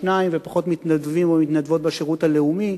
שניים ופחות מתנדבים ומתנדבות בשירות הלאומי.